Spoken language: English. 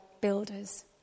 builders